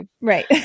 Right